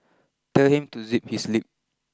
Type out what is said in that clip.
tell him to zip his lip